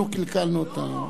אנחנו קלקלנו אותם?